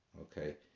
Okay